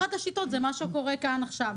אחת השיטות היא מה שקורה כאן עכשיו.